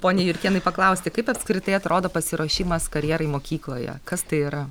pone jurkėnai paklausti kaip apskritai atrodo pasiruošimas karjerai mokykloje kas tai yra